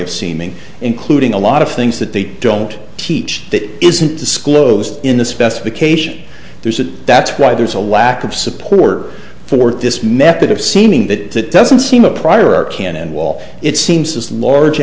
of seeming including a lot of things that they don't teach that isn't disclosed in the specification there's a that's why there's a lack of support for this method of seeming that doesn't seem a prior art can and wall it seems as large